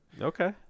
Okay